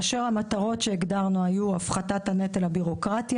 המטרות שהגדרנו היו הפחתת הנטל הבירוקרטי